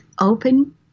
open